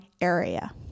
area